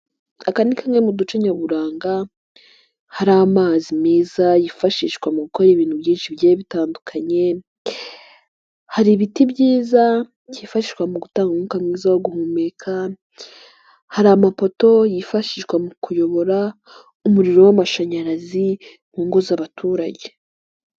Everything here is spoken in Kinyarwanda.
Aka ni kamwe mu duce nyaburanga hari amazi meza, yifashishwa mu gukora ibintu byinshi bigiye bitandukanye, hari ibiti byiza byifashishwa mu gutanga umwuka mwiza wo guhumeka, hari amapoto yifashishwa mu kuyobora umuriro w'amashanyarazi mu ngo z'abaturage.